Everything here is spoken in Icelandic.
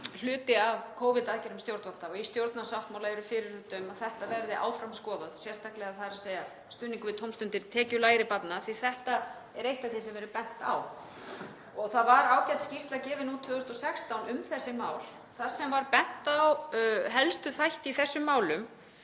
hluti af Covid-aðgerðum stjórnvalda og í stjórnarsáttmála eru fyrirheit um að þetta verði áfram skoðað, sérstaklega stuðningur við tómstundir tekjulægri barna, því að þetta er eitt af því sem hefur verið bent á. Það var ágæt skýrsla gefin út 2016 um þessi mál þar sem var bent á helstu þætti í þessum málum.